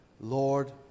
Lord